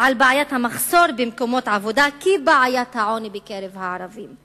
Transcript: על בעיית המחסור במקומות עבודה כבעיית העוני בקרב הערבים.